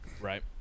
right